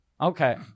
Okay